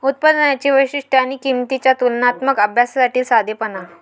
उत्पादनांची वैशिष्ट्ये आणि किंमतींच्या तुलनात्मक अभ्यासातील साधेपणा